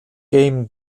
game